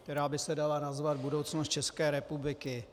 Která by se dala nazvat budoucnost České republiky.